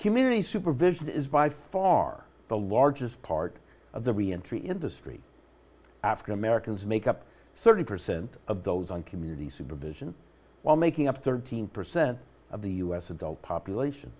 community supervision is by far the largest part of the reentry industry african americans make up thirty percent of those on community supervision while making up thirteen percent of the u s adult population